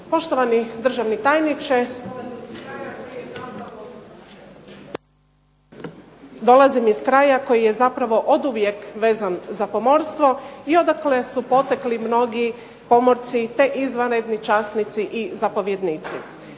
Poštovani državni tajniče, dolazim iz kraja koji je zapravo oduvijek vezan za pomorstvo i odakle su potekli mnogi pomorci te izvanredni časnici i zapovjednici.